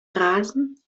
rasen